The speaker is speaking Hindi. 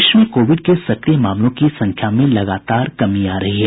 देश में कोविड के सक्रिय मामलों की संख्या में लगातार कमी आ रही है